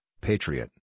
Patriot